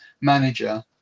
manager